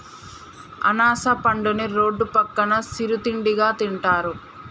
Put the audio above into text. అనాస పండుని రోడ్డు పక్కన సిరు తిండిగా తింటారు